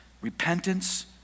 repentance